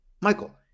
Michael